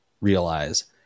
realize